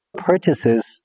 purchases